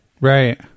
Right